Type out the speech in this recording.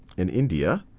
in india.